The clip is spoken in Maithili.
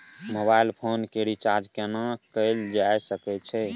मोबाइल फोन के रिचार्ज केना कैल जा सकै छै?